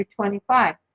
25